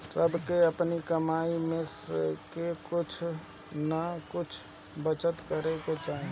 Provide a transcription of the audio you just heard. सबके अपनी कमाई में से कुछ नअ कुछ बचत करे के चाही